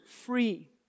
free